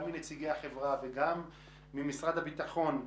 גם מנציגי החברה וגם ממשרד הביטחון,